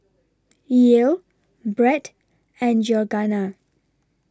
Yael Brett and Georganna